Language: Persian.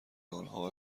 آنها